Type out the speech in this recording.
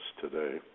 today